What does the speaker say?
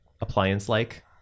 appliance-like